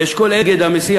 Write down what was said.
לאשכול "אגד" המסיע